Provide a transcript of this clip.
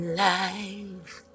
life